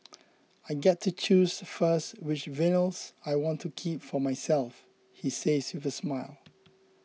I get to choose first which vinyls I want to keep for myself he says with a smile